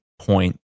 point